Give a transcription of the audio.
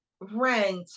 Rent